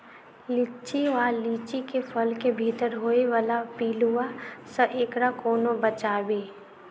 लिच्ची वा लीची केँ फल केँ भीतर होइ वला पिलुआ सऽ एकरा कोना बचाबी?